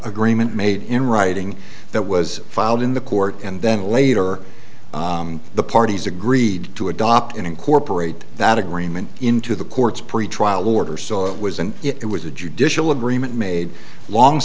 agreement made in writing that was filed in the court and then later the parties agreed to adopt and incorporate that agreement into the court's pretrial order so it was and it was a judicial agreement made long